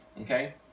okay